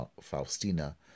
Faustina